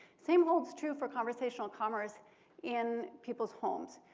same holds true for conversational commerce in people's homes.